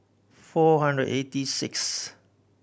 four hundred eighty sixth